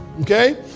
okay